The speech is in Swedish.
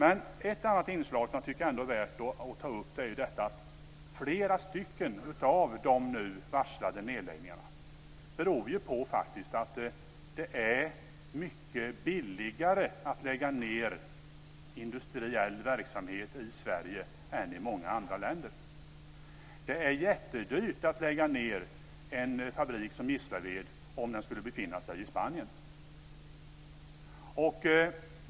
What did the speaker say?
Ett annat sådant inslag som jag tycker är värt att ta upp är att flera av de nu varslade nedläggningarna beror på att det är mycket billigare att lägga ned industriell verksamhet i Sverige än i många andra länder. Det är jättedyrt att lägga ned en fabrik som Gislaved om den skulle befinna sig i Spanien.